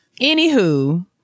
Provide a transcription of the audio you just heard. Anywho